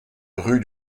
rue